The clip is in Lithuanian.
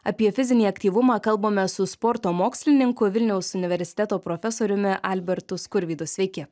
apie fizinį aktyvumą kalbamės su sporto mokslininku vilniaus universiteto profesoriumi albertu skurvydu sveiki